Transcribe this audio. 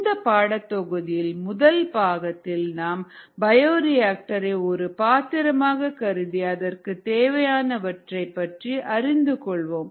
இந்த பாடத் தொகுதியின் முதல் பாகத்தில் நாம் பயோரியாக்டர் ஐ ஒரு பாத்திரமாக கருதி அதற்கு தேவையானவற்றை பற்றி அறிந்து கொள்வோம்